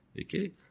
Okay